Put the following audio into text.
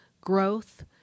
growth